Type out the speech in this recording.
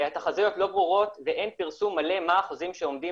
התחזיות לא ברורות ואין פרסום מלא מה החוזים שעומדים